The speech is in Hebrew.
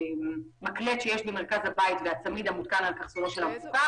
המקלט שיש במרכז הבית והצמיד המותקן על קרסולו של המפוקח